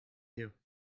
you